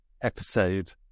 episode